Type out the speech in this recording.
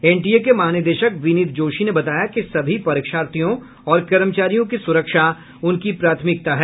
NTA के महानिदेशक विनीत जोशी ने बताया कि सभी परीक्षार्थियों और कर्मचारियों की सुरक्षा उनकी प्राथमकिता है